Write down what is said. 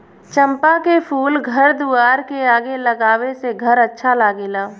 चंपा के फूल घर दुआर के आगे लगावे से घर अच्छा लागेला